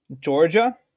Georgia